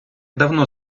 давно